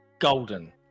Golden